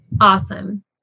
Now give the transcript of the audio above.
Awesome